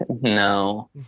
No